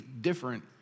different